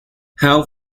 how